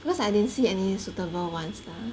because I didn't see any suitable ones lah